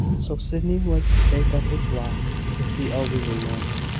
so sydney was to take up his lot with the elderly ones,